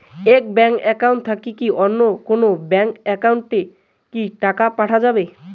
এই bank account থাকি কি অন্য কোনো ব্যাংক একাউন্ট এ কি টাকা পাঠা যাবে?